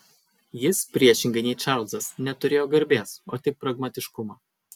jis priešingai nei čarlzas neturėjo garbės o tik pragmatiškumą